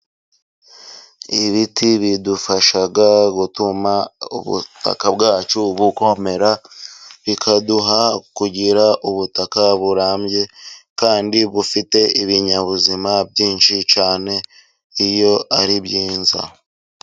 Ibiti bidufasha gutuma ubutaka bwacu bukomera, bikaduha kugira ubutaka burambye, kandi bufite ibinyabuzima byinshi cyane iyo ari byiza.